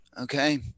okay